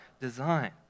design